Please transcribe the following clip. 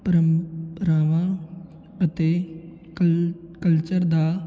ਪ੍ਰੰਪਰਾਵਾਂ ਅਤੇ ਕਲ ਕਲਚਰ ਦਾ